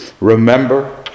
Remember